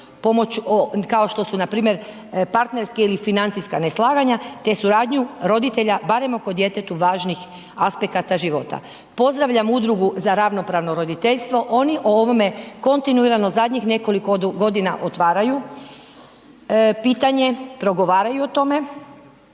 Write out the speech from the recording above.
kao što su npr. partnerske ili financijska neslaganja te suradnju roditelja barem oko djetetu važnih aspekata života. Pozdravljam Udrugu za ravnopravno roditeljstvo, oni o ovome kontinuirano zadnjih nekoliko godina otvaraju pitanje, progovaraju o tome